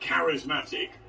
charismatic